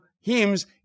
hymns